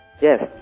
Yes